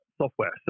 software